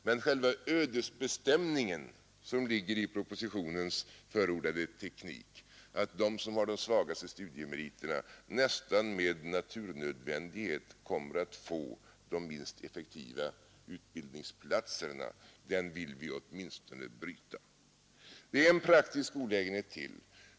Men ödesbestämningen att de som har de svagaste betygsmeriterna med naturnödvändighet kommer att få de minst effektiva utbildningsplatserna, den vill vi åtminstone bryta. Det finns en praktisk olägenhet till.